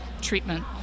treatment